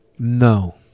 no